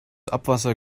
abwasser